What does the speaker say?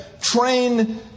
train